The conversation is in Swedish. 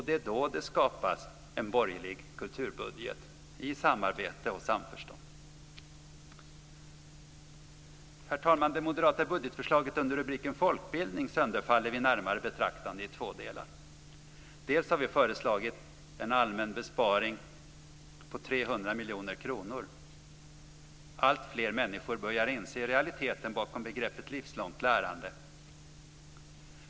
Det är då det skapas en borgerlig kulturbudget i samarbete och samförstånd. Herr talman! Det moderata budgetförslaget under rubriken Folkbildning sönderfaller vid närmare betraktande i två delar. Vi har föreslagit en allmän besparing på 300 miljoner kronor. Alltfler människor börja inse realiteten bakom begreppet livslångt lärande.